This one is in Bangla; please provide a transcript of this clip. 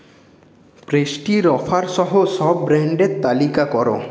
পেস্ট্রির অফার সহ সব ব্র্যান্ডের তালিকা করো